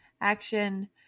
action